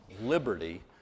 liberty